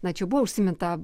na čia jau buvo užsiminta